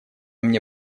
мне